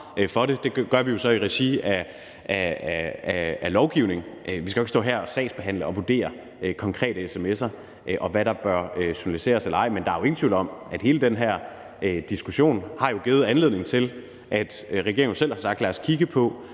for det, og det gør vi jo så i regi af lovgivning, men vi skal jo ikke stå her og sagsbehandle og vurdere konkrete sms'er, og hvad der bør journaliseres og ikke journaliseres. Men der er jo ingen tvivl om, at hele den her diskussion har givet anledning til, at regeringen selv har sagt: Lad os kigge på,